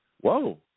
Whoa